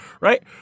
Right